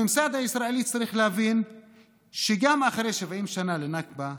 הממסד הישראלי צריך להבין שגם אחרי 70 שנה לנכבה,